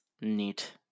neat